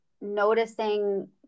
noticing